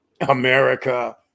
America